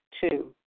Two